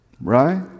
Right